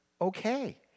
okay